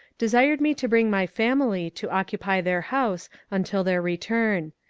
desired me to bring my family to occupy their house until their return.